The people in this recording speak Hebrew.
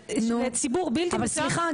לתת לציבור בלתי --- אבל סליחה,